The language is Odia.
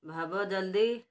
ଭାବ ଜଲ୍ଦି